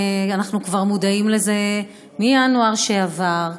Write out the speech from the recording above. אנחנו כבר מודעים לזה מינואר שעבר,